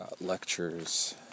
lectures